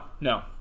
no